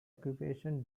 occupation